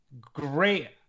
Great